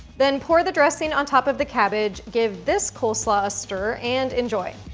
then pour the dressing on top of the cabbage, give this coleslaw a stir, and enjoy.